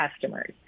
customers